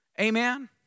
Amen